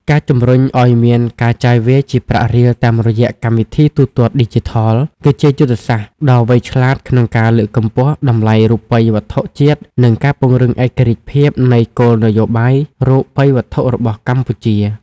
ការជម្រុញឱ្យមានការចាយវាយជាប្រាក់រៀលតាមរយៈកម្មវិធីទូទាត់ឌីជីថល គឺជាយុទ្ធសាស្ត្រដ៏វៃឆ្លាតក្នុងការលើកកម្ពស់តម្លៃរូបិយវត្ថុជាតិ និងការពង្រឹងឯករាជ្យភាពនៃគោលនយោបាយរូបិយវត្ថុរបស់កម្ពុជា។